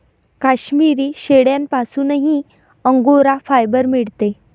काश्मिरी शेळ्यांपासूनही angora fibre मिळते